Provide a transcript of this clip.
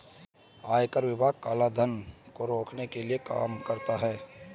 आयकर विभाग काला धन को रोकने के लिए काम करता है